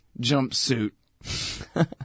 jumpsuit